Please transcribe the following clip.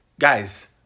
guys